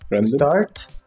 start